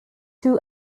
two